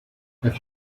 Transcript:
have